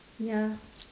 ya